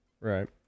Right